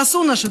תעשו משהו,